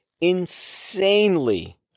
insanely